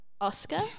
Oscar